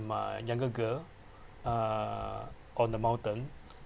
my younger girl uh on the mountain